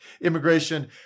immigration